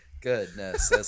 Goodness